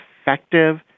effective